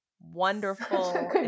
wonderful